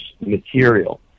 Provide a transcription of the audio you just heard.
material